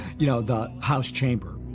you know, the house chamber,